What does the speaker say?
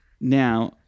Now